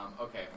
Okay